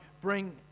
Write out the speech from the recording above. bring